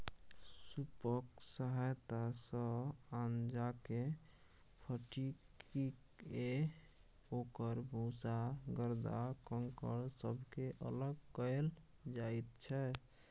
सूपक सहायता सँ अनाजकेँ फटकिकए ओकर भूसा गरदा कंकड़ सबके अलग कएल जाइत छै